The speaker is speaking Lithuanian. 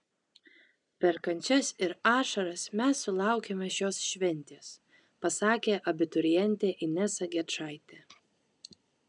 per kančias ir ašaras mes sulaukėme šios šventės pasakė abiturientė inesa gečaitė